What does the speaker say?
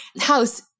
house